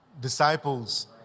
disciples